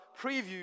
preview